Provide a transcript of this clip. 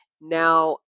now